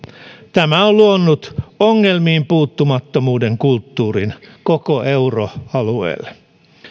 tämä on luonut ongelmiin puuttumattomuuden kulttuurin koko euroalueelle